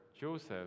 Joseph